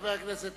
חבר הכנסת